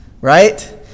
right